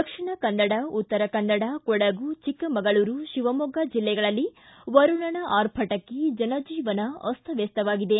ದಕ್ಷಿಣ ಕನ್ನಡ ಉತ್ತರ ಕನ್ನಡ ಕೊಡಗು ಚಿಕ್ಕಮಗಳೂರು ಶಿವಮೊಗ್ಗಾ ಜಿಲ್ಲೆಗಳಲ್ಲಿ ವರುಣನ ಆರ್ಭಟಕ್ಕೆ ಜನಜೀವನ ಅಸ್ತವ್ಯಸ್ತವಾಗಿದೆ